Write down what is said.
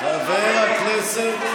תתפטר.